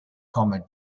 come